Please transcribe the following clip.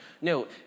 No